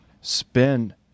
spend